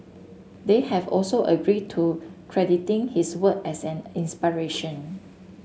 they have also agreed to crediting his work as an inspiration